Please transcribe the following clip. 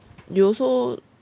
you also